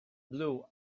blue